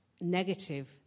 negative